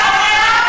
מסורבת גט.